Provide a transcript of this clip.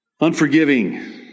Unforgiving